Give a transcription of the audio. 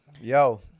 Yo